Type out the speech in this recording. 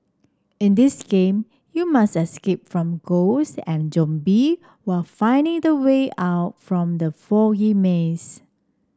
in this game you must escape from ghosts and zombie while finding the way out from the foggy maze